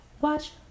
Watch